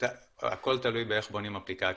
הכול תלוי באיך בונים אפליקציה.